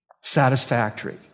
satisfactory